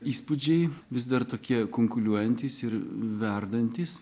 įspūdžiai vis dar tokie kunkuliuojantys ir verdantys